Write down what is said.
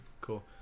Cool